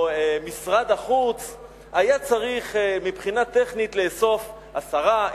או משרד החוץ היה צריך מבחינה טכנית לאסוף 10,